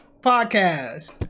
podcast